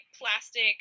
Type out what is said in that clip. plastic